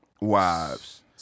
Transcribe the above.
wives